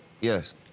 Yes